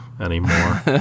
anymore